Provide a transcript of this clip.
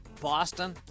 Boston